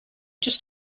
just